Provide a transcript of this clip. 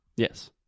Yes